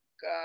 god